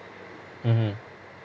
mmhmm